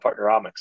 partneromics